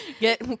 Get